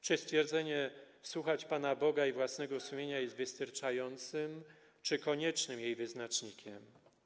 Czy stwierdzenie: słuchać pana Boga i własnego sumienia, jest wystarczającym, czy koniecznym jej wyznacznikiem?